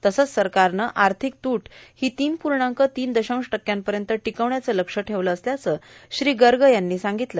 तसंच सरकारनं आर्थिक तूट हो तीन प्णाक तीन दशांश टक्क्यांपयत ाटकवण्याचं लक्ष्य ठेवलं असल्याचं श्री गग यांनी सांगगतलं